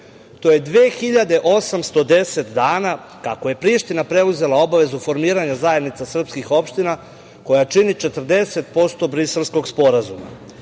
To je 2.810 kako je Priština preuzela obavezu formiranja zajednica srpskih opština koja čini 40% Briselskog sporazuma.